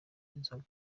inzoga